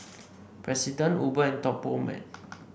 President Uber and Top Gourmet